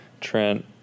Trent